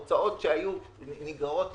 הוצאות שנגררו מ-2020,